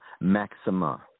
Maxima